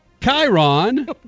Chiron